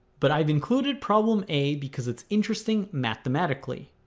but i've included problem a because it's interesting mathematically